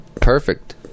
Perfect